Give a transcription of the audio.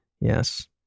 Yes